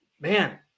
Man